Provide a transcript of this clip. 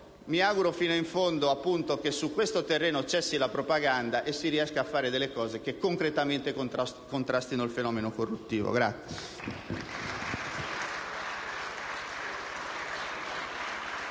Mi auguro fino in fondo che su questo terreno cessi la propaganda e si riesca a fare qualcosa che concretamente contrasti il fenomeno corruttivo.